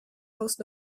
post